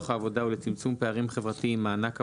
העבודה ולצמצום פערים חברתיים (מענק עבודה),